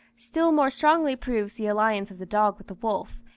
still more strongly proves the alliance of the dog with the wolf,